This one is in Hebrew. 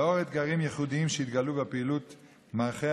לאור העובדה כי מלחמת חרבות ברזל הביאה לעיכוב